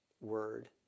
word